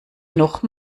noch